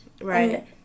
Right